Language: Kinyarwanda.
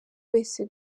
wese